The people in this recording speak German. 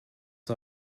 war